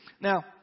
Now